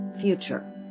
future